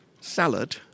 salad